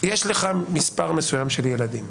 שיש לך מספר מסוים של ילדים,